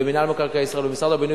ומינהל מקרקעי ישראל ומשרד הבינוי